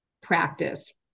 practice